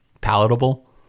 palatable